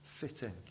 fitting